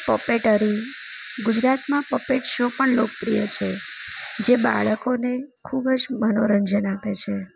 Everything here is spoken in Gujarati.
પપેટરી ગુજરાતમાં પપેટ શો પણ લોકપ્રિય છે જે બાળકોને ખૂબ જ મનોરંજન આપે છે